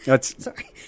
Sorry